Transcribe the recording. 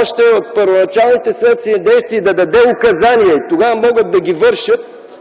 още от първоначалните следствени действия и да даде указания, и тогава могат да ги вършат.